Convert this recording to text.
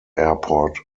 airport